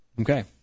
Okay